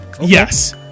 Yes